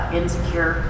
insecure